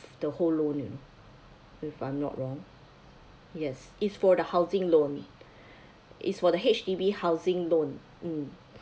the whole loan you know If I'm not wrong yes it's for the housing loan it's for the H_D_B housing loan um